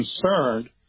concerned